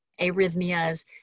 arrhythmias